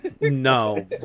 No